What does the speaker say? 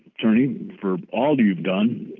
turney for all you've done.